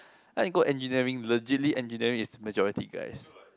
then I go engineering legibly engineering is majority guys